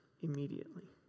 immediately